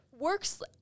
Works